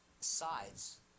Sides